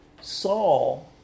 Saul